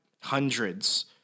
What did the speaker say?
hundreds